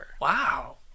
Wow